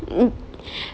um